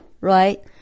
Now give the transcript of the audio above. right